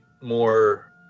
more